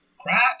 crap